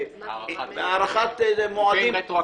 אני מנהל הפקחים של ירושלים ובית שמש.